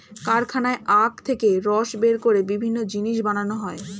কারখানায় আখ থেকে রস বের করে বিভিন্ন জিনিস বানানো হয়